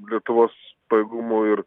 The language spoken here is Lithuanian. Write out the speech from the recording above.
lietuvos pajėgumų ir